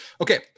Okay